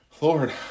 Lord